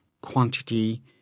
quantity